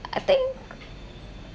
I think